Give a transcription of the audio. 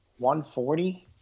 140